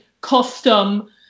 custom